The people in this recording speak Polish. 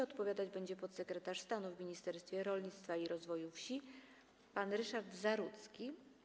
Odpowiadać będzie podsekretarz stanu w Ministerstwie Rolnictwa i Rozwoju Wsi pan Ryszard Zarudzki.